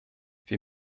wir